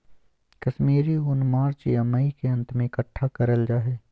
कश्मीरी ऊन मार्च या मई के अंत में इकट्ठा करल जा हय